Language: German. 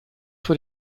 für